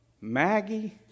Maggie